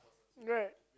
right